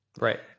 Right